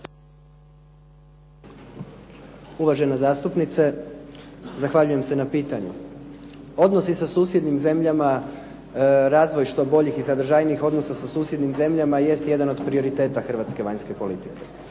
Uvažena zastupnice, zahvaljujem se na pitanju. Odnosi sa susjednim zemljama, razvoj što boljih i sadržajnijih sa susjednim zemljama jest jedan od prioriteta hrvatske vanjske politike.